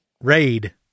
raid